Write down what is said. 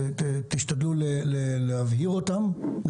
תשתדלו להבהיר אותן,